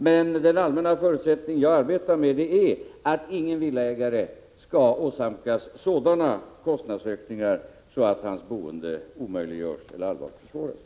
Men den allmänna förutsättning som jag arbetar med är att ingen villaägare skall åsamkas sådana kostnadsökningar att hans boende omöjliggörs eller allvarligt försvåras.